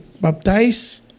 baptize